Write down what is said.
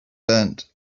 learned